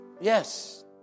yes